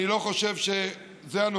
את שואלת על יהודה ושומרון.